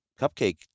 cupcake